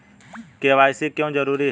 KYC क्यों जरूरी है?